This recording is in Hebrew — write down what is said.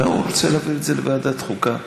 הוא רוצה להעביר את זה לוועדת החוקה,